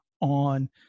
on